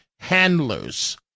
Handlers